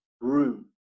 room